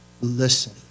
listen